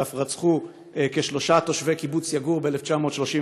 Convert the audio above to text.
שאף רצחו כשלושה תושבי קיבוץ יגור ב-1931,